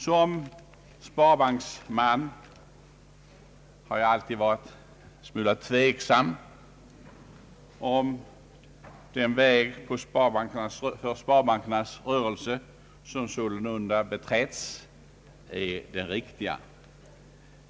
Som sparbanksman har jag alltid varit en smula tveksam om den väg för sparbankernas rörelse som sålunda beträtts är den riktiga.